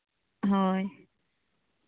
ᱦᱳᱭ